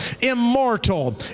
immortal